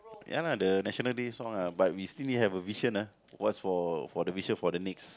ya lah the National-Day song lah but we still need have a vision ah what's for for the vision for the next